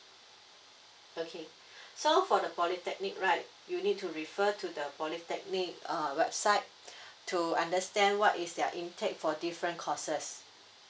okay so for the polytechnic right you need to refer to the polytechnic err website to understand what is their intake for different courses